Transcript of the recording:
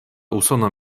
usona